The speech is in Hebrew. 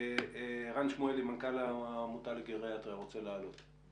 ערן שמואלי, מנכ"ל העמותה לגריאטריה, רוצה לעלות.